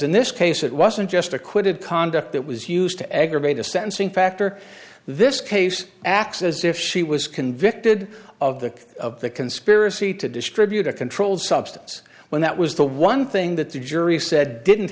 in this case it wasn't just acquitted conduct that was used to egg or made a sentencing factor this case acts as if she was convicted of the of the conspiracy to distribute a controlled substance when that was the one thing that the jury said didn't